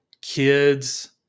kids